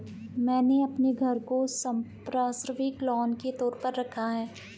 मैंने अपने घर को संपार्श्विक लोन के तौर पर रखा है